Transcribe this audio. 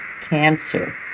cancer